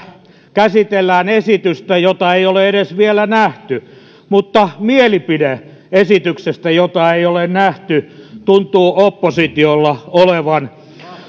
käsitellään esitystä jota ei ole edes vielä nähty mutta mielipide esityksestä jota ei ole nähty tuntuu oppositiolla olevan